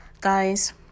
Guys